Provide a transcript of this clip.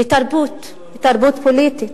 לתרבות, לתרבות פוליטית,